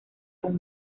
con